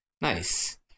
Nice